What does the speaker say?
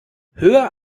höher